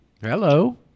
Hello